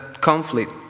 conflict